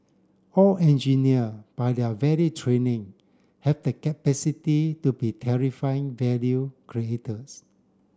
all engineer by their very training have the capacity to be terrifying value creators